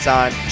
Time